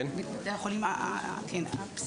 בבתי החולים הפסיכיאטריים.